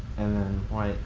and then why.